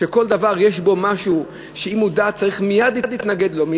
שכל דבר שאם יש בו משהו שהוא דת צריך מייד להתנגד לו,